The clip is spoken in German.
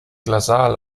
glasaal